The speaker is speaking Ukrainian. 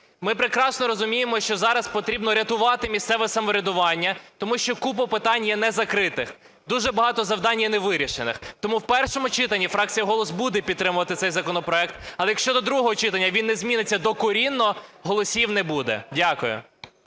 Ми прекрасно розуміємо, що зараз потрібно рятувати місцеве самоврядування, тому що купа питань є незакритих, дуже багато завдань є невирішених. Тому в першому читанні фракція "Голос" буде підтримувати цей законопроект, але якщо до другого читання він не зміниться докорінно, голосів не буде. Дякую.